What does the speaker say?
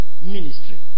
ministry